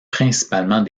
principalement